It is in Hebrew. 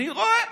אני רואה: